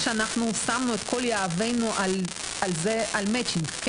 שאנחנו שמנו את כל יהבנו על matching כי